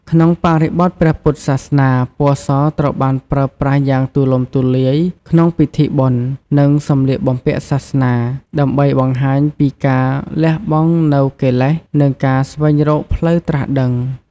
ក្នុងបរិបទព្រះពុទ្ធសាសនា ពណ៌សត្រូវបានប្រើប្រាស់យ៉ាងទូលំទូលាយក្នុងពិធីបុណ្យ និងសម្លៀកបំពាក់សាសនា ដើម្បីបង្ហាញពីការ លះបង់នូវកិលេស និងការស្វែងរកផ្លូវត្រាស់ដឹង។